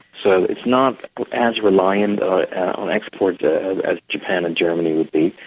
so it's not as reliant on exports as japan and germany would be,